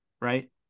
right